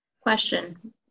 Question